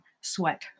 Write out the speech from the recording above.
sweat